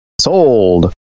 Sold